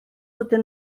ydyn